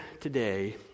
today